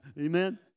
Amen